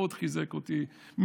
מאוד חיזק אותי,